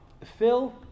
Phil